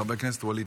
חבר הכנסת ווליד